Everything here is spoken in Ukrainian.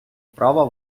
права